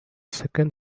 second